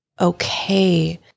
okay